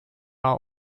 are